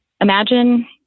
imagine